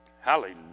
Hallelujah